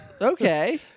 Okay